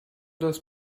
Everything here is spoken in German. das